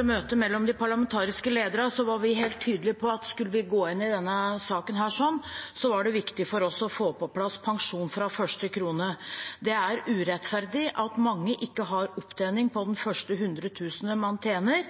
møtet mellom de parlamentariske lederne, var vi helt tydelige på at skulle vi gå inn i denne saken, var det viktig for oss å få på plass pensjon fra første krone. Det er urettferdig at mange ikke har opptjening på de første 100 000 kr man tjener,